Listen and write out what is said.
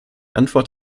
antwort